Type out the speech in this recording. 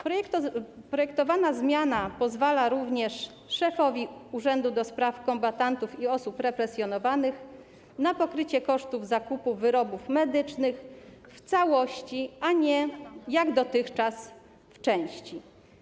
Projektowana zmiana pozwala również szefowi Urzędu do Spraw Kombatantów i Osób Represjonowanych na pokrycie kosztów zakupu wyrobów medycznych w całości, a nie, jak dotychczas, w części.